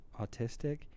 autistic